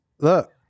look